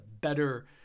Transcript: better